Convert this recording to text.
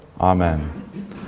Amen